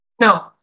No